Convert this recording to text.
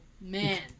man